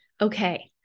okay